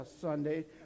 Sunday